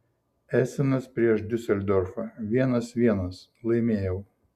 esenas prieš diuseldorfą vienas vienas laimėjau